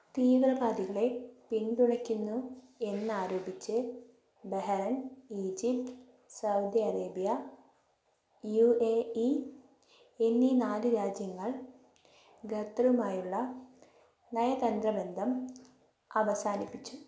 തീവ്രവാദികളെ പിന്തുണയ്ക്കുന്നു എന്നാരോപിച്ച് Bahrain Egypt Saudi Arabia U A E എന്നീ നാല് രാജ്യങ്ങൾ ഖത്തറുമായുള്ള നയതന്ത്രബന്ധം അവസാനിപ്പിച്ചു